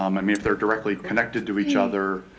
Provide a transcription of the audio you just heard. um i mean if they're directly connected to each other,